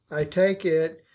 i take it,